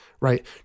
right